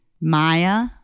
Maya